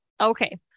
okay